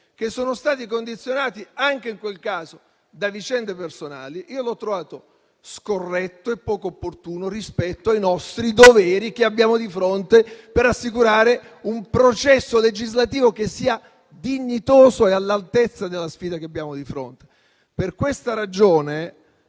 che sono stati condizionati anche in quel caso da vicende personali, io l'ho trovato scorretto e poco opportuno rispetto ai doveri che abbiamo di fronte per assicurare un processo legislativo che sia dignitoso e all'altezza della sfida che abbiamo di fronte. Per questa ragione,